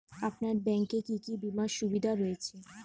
আপনার ব্যাংকে কি কি বিমার সুবিধা রয়েছে?